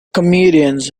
comedians